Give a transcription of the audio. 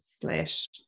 slash